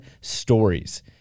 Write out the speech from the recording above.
stories